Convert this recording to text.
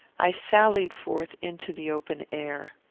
i sallied forth into the open air.